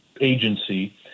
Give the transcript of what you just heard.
agency